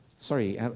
Sorry